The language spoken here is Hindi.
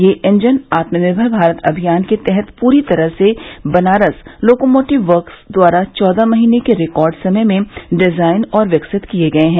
ये इंजन आत्मनिर्मर भारत अमियान के तहत पूरी तरह से बनारस लोकोमोटिव वर्क्स द्वारा चौदह महीने के रिकार्ड समय में डिजायन और विकसित किये गये हैं